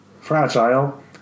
fragile